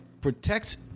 protects